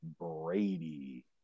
Brady